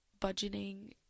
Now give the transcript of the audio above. budgeting